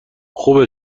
خوبه